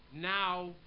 Now